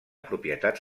propietats